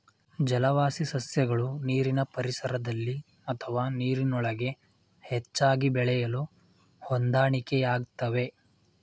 ಜಲವಾಸಿ ಸಸ್ಯಗಳು ನೀರಿನ ಪರಿಸರದಲ್ಲಿ ಅಥವಾ ನೀರಿನೊಳಗೆ ಹೆಚ್ಚಾಗಿ ಬೆಳೆಯಲು ಹೊಂದಾಣಿಕೆಯಾಗ್ತವೆ